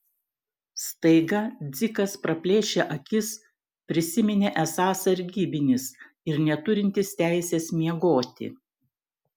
staiga dzikas praplėšė akis prisiminė esąs sargybinis ir neturintis teisės miegoti